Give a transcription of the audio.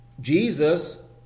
Jesus